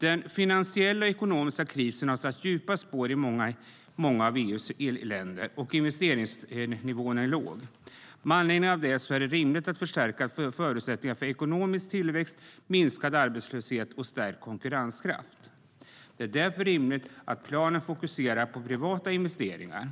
Den finansiella och ekonomiska krisen har satt djupa spår i många av EU:s länder, och investeringsnivån är låg. Med anledning av det är det rimligt att förstärka förutsättningarna för ekonomisk tillväxt, minskad arbetslöshet och stärkt konkurrenskraft. Det är därför rimligt att planen fokuserar på privata investeringar.